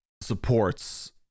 supports